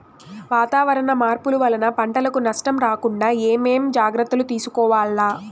వాతావరణ మార్పులు వలన పంటలకు నష్టం రాకుండా ఏమేం జాగ్రత్తలు తీసుకోవల్ల?